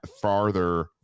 farther